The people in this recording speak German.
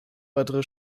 weitere